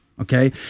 Okay